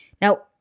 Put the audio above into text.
Now